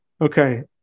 Okay